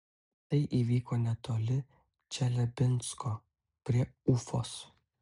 tai įvyko netoli čeliabinsko prie ufos